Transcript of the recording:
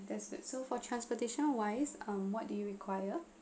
that's good so for transportation wise um what do you require